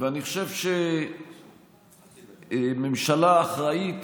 אני חושב שממשלה אחראית